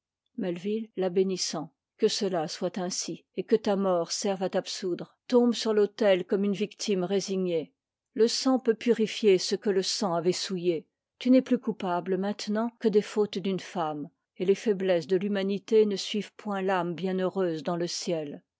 melvil la mmm mt que cela soit ainsi et que ta mort serve à t'absoudre tombe sur l'autel comme une vic time résignée le sang peut purifier ce que le sang avait souillé tu n'es plus coupable maintenant que des fautes d'une femme et les faik messes de l'humanité ne suivent point l'âme bienheureuse dans le ciel